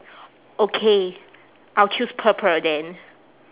okay I'll choose purple then